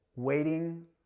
waiting